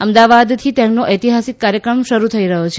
અમદાવાદ થી તેમનો ઐતિહાસીક કાર્યક્રમ શરૂ થઇ રહ્યો છે